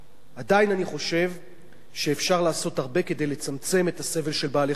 עדיין אני חושב שאפשר לעשות הרבה כדי לצמצם את הסבל של בעלי-חיים,